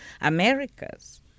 America's